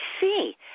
see